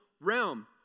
realm